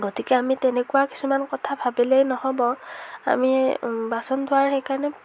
গতিকে আমি তেনেকুৱা কিছুমান কথা ভাবিলেই নহ'ব আমি বাচন ধোৱাৰ সেইকাৰণে